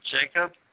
Jacob